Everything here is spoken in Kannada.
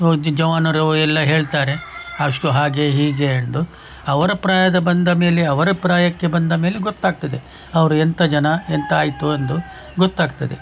ಜವನರು ಎಲ್ಲ ಹೇಳ್ತಾರೆ ಅಷ್ಟು ಹಾಗೆ ಹೀಗೆ ಎಂದು ಅವರ ಪ್ರಾಯದ ಬಂದ ಮೇಲೆ ಅವರ ಪ್ರಾಯಕ್ಕೆ ಬಂದ ಮೇಲೆ ಗೊತ್ತಾಗ್ತದೆ ಅವರು ಎಂತ ಜನ ಎಂತ ಆಯಿತು ಎಂದು ಗೊತ್ತಾಗ್ತದೆ